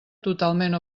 totalment